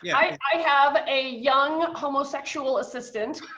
i have a young homosexual assistant,